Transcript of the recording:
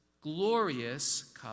glorious